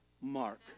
Mark